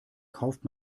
kauft